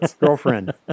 girlfriend